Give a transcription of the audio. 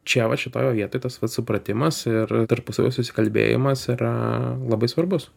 čia vat šitoj va vietoj tas vat supratimas ir tarpusavio susikalbėjimas yra labai svarbus